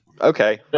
Okay